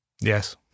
Yes